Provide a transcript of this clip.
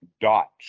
dots